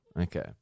Okay